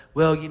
well, you know,